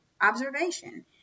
observation